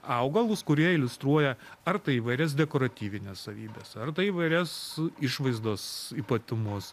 augalus kurie iliustruoja ar tai įvairias dekoratyvines savybes ar tai įvairias išvaizdos ypatumus